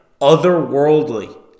otherworldly